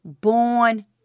born